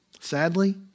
Sadly